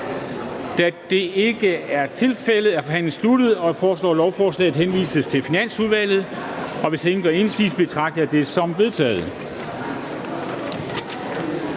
Da det ikke er tilfældet, er forhandlingen sluttet. Jeg foreslår, at lovforslaget henvises til Finansudvalget. Hvis ingen gør indsigelse, betragter jeg det som vedtaget.